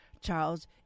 Charles